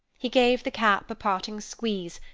he gave the cap a parting squeeze,